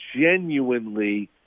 genuinely